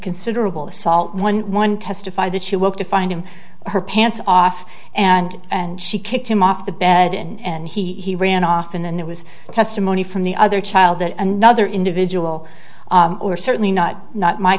considerable assault one one testify that she woke to find him her pants off and and she kicked him off the bed and he ran off and then there was testimony from the other child that another individual or certainly not not my